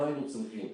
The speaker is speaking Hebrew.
לא היינו צריכים.